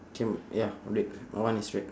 K m~ ya red my one is red